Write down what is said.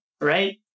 right